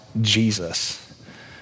Jesus